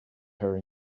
her